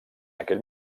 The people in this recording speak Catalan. aquell